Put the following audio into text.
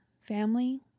family